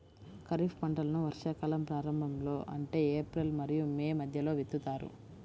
ఖరీఫ్ పంటలను వర్షాకాలం ప్రారంభంలో అంటే ఏప్రిల్ మరియు మే మధ్యలో విత్తుతారు